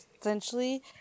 essentially